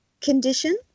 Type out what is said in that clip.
condition